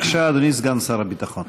בבקשה, אדוני סגן שר הביטחון.